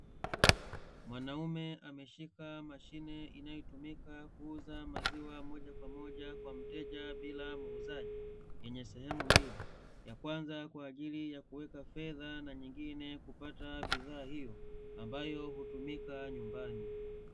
Mwanaume ameshika mashine inayotumika kuuza maziwa moja kwa moja kwa mteja bila muuzaji yenye sehemu mbili; ya kwanza kwa ajili ya kuweka fedha, na nyingine kupata bidhaa hiyo ambayo hutumika nyumbani.